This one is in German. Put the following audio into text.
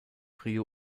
río